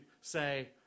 say